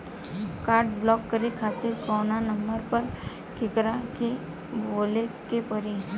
Card block करे खातिर कवना नंबर पर केकरा के बोले के परी?